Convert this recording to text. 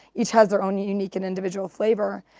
each has their own unique and individual flavor.